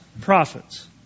prophets